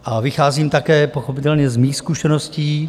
A vycházím také pochopitelně ze svých zkušeností.